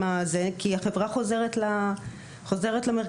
כי החברה חוזרת למרכזים.